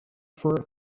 for